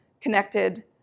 connected